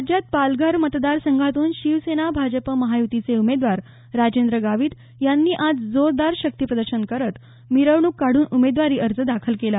राज्यात पालघर मतदार संघातून शिवसेना भाजप महायुतीचे उमेदवार राजेंद्र गावित यांनी आज जोरदार शक्ती प्रदर्शन करत मिरवणूक काढून उमेदवारी अर्ज दाखल केला